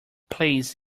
please